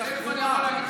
בתחבורה.